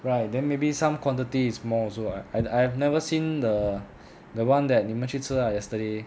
right then maybe some quantity is more also I I I have never seen the the one that 你们去吃 lah yesterday